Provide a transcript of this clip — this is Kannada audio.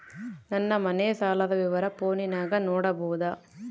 ನನ್ನ ಮನೆ ಸಾಲದ ವಿವರ ಫೋನಿನಾಗ ನೋಡಬೊದ?